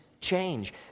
change